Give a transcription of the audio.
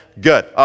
Good